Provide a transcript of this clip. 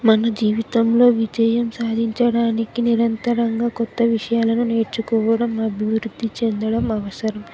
మన జీవితంలో విజయం సాధించడానికి నిరంతరంగా కొత్త విషయాలను నేర్చుకోవడం అభివృద్ధి చెందడం అవసరం